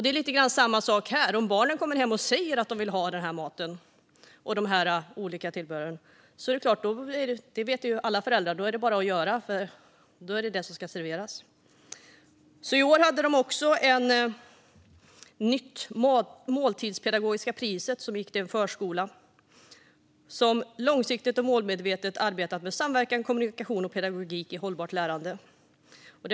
Det är lite detsamma här - om barnen kommer hem och säger att de vill ha sådan mat och sådana tillbehör är det bara för föräldrarna att tillaga och servera det. I år delades det också ut ett måltidspedagogiskt pris. Det gick till Norlandiaförskolan Pärlan i Vårby, som långsiktigt och målmedvetet arbetat med samverkan, kommunikation och pedagogik i hållbart lärande.